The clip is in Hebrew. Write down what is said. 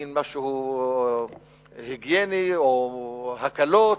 מין משהו היגייני או הקלות.